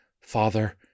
Father